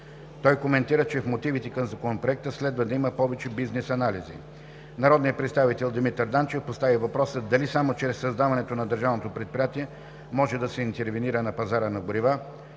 Той коментира, че в мотивите към Законопроекта следва да има повече бизнес анализи. Народният представител Димитър Данчев постави въпроса дали само чрез създаването на държавното предприятие може да се интервенира на пазара на горива.